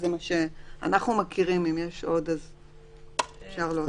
זה מה שאנחנו מכירים, אם יש עוד אפשר להוסיף.